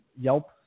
Yelp